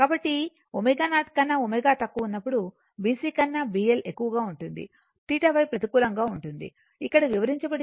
కాబట్టి ω0 కన్నా ω తక్కువ ఉన్నప్పుడు BC కన్నా BL ఎక్కువగా ఉంటుంది θY ప్రతికూలంగా ఉంటుందని ఇక్కడ వివరించబడింది